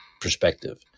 perspective